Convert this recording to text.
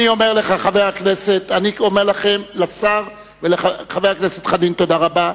אני אומר לשר ולחבר הכנסת חנין: תודה רבה,